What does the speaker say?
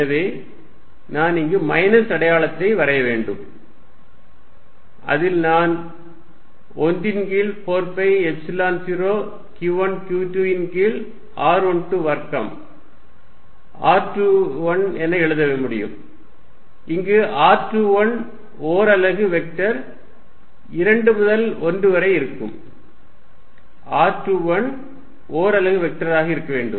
எனவே நான் இங்கு மைனஸ் அடையாளத்தை வரைய வேண்டும் அதில் நான் 1 ன் கீழ் 4 பை எப்சிலன் 0 q1 q2 ன் கீழ் r12 வர்க்கம் r21 என எழுத முடியும் இங்கு r21 ஓர் அலகு வெக்டர் 2 முதல் 1 வரை இருக்கும் r21 ஓர் அலகு வெக்டராக இருக்க வேண்டும்